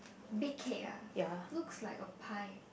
big cake ah looks like a pie